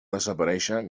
desaparèixer